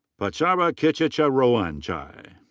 patchara kitjacharoenchai.